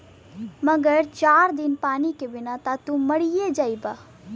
मगर चार दिन पानी के बिना त तू मरिए जइबा